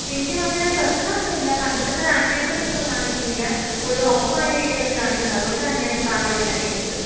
വീട്ടില് വന്നുകഴിയുമ്പോള് പ്രശ്നമൊന്നുമില്ല പണ്ടത്തെയത്ര ആക്റ്റീവ്നെസൊന്നും ഇപ്പോള് കാണിക്കുന്നില്ല കൂടുതൽ ഓഫായ രീതിയിലൊക്കെ കാണിക്കുന്നു അതുകൊണ്ടാണ് ഞാനിപ്പോള് സാറിനെ വിളിച്ച് അന്വേഷിച്ചത്